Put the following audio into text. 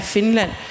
Finland